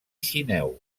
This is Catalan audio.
sineu